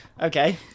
Okay